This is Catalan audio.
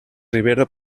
ribera